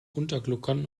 untergluckern